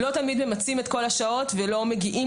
לא תמיד ממציאם את כל השעות ולא מגיעים